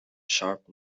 sharp